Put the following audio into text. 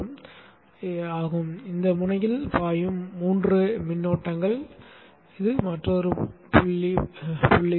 மற்றொரு சுவாரஸ்யமான விஷயம் யாதெனில் இந்த முனையில் பாயும் 3 மின்னோட்டங்கள் ஆகும்